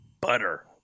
butter